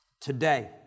today